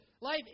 Life